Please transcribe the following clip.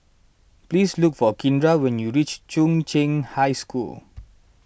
please look for Kindra when you reach Chung Cheng High School